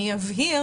אני אבהיר